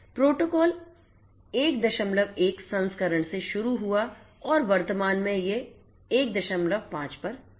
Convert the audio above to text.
protocol 11 संस्करण से शुरू हुआ और वर्तमान में यह 15 पर है